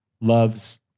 loves